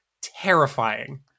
terrifying